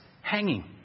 hanging